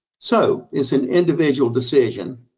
so it's an individual decision.